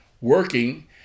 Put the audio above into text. working